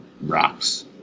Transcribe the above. rocks